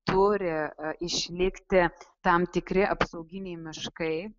turi išlikti tam tikri apsauginiai miškai